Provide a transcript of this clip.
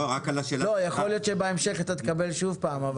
יכול להיות שבהמשך תקבל שוב את זכות הדיבור